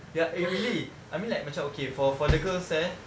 ya eh really I mean like macam okay for for the girls eh